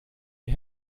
ihr